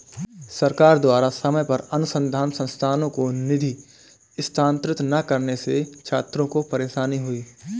सरकार द्वारा समय पर अनुसन्धान संस्थानों को निधि स्थानांतरित न करने से छात्रों को परेशानी हुई